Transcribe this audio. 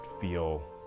feel